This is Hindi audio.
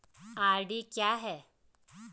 आर.डी क्या है?